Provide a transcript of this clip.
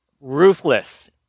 ruthless